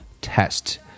test